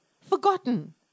Forgotten